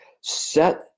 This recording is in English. Set